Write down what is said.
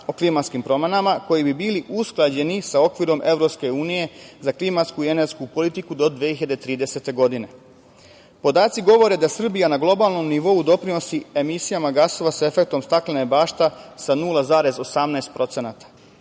o klimatskim promenama koji bi bili usklađeni sa okvirima EU za klimatsku i energetsku politiku do 2030. godine. Podaci govore da Srbija na globalnom nivou doprinosi emisijama gasova sa efektom staklene bašte sa 0,18%.